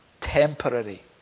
temporary